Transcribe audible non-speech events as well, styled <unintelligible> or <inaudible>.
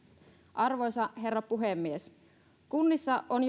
arvoisa herra puhemies kunnissa on <unintelligible>